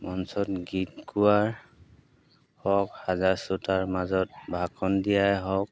মঞ্চত গীত গোৱা হওক হাজাৰ শ্ৰোতাৰ মাজত ভাষণ দিয়াই হওক